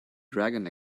dragon